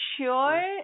sure